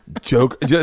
Joke